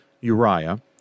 Uriah